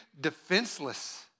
defenseless